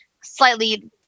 slightly